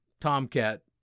tomcat